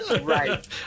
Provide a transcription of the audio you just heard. Right